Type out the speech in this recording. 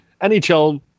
NHL